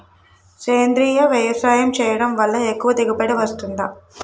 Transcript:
సేంద్రీయ వ్యవసాయం చేయడం వల్ల ఎక్కువ దిగుబడి వస్తుందా?